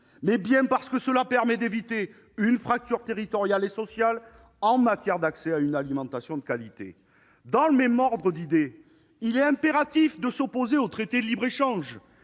mise en oeuvre permettrait d'éviter une fracture territoriale et sociale en matière d'accès à une alimentation de qualité. Dans le même ordre d'idées, il est impératif de s'opposer aux traités de libre-échange,